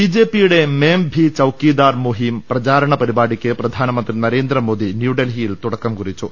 ബിജെപിയുടെ മേം ഭി ചൌക്കിദാർ മൂഹീം പ്രചാരണ പരിപാടിയ്ക്ക് പ്രധാനമന്ത്രി നരേന്ദ്രമോദി ന്യൂഡൽഹിയിൽ തുടക്കം കുറി ച്ചു